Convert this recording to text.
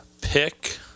pick